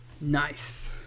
nice